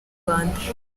rwanda